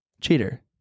Cheater